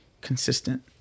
consistent